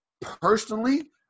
personally